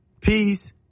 peace